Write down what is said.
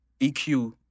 EQ